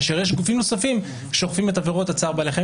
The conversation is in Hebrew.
ויש גופים נוספים שאוכפים עבירות צער בעלי חיים,